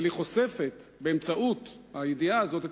אבל היא חושפת באמצעות הידיעה הזאת את